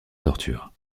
torture